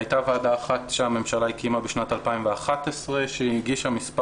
הייתה ועדה אחת שהממשלה הקימה בשנת 2011 שהגישה מספר